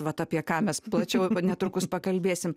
vat apie ką mes plačiau netrukus pakalbėsim